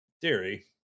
theory